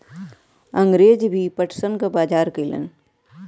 अंगरेज भी पटसन क बजार करलन